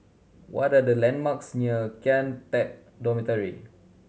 what are the landmarks near Kian Teck Dormitory